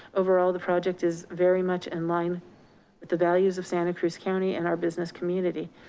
overall, the project is very much in line with the values of santa cruz county and our business community.